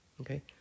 Okay